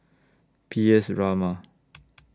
P S Raman